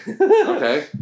Okay